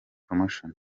promotion